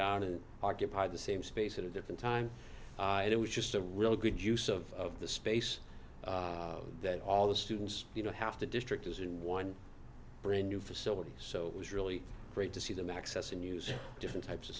down and occupy the same space in a different time and it was just a really good use of the space that all the students you know have to district is in one brand new facility so it was really great to see them access and use different types of